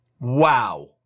Wow